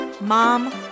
mom